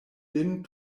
lin